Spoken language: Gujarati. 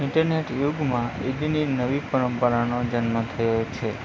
ઈન્ટરનેટ યુગમાં ઈદની નવી પરંપરાનો જન્મ થયો છે